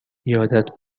یادت